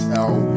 out